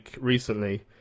recently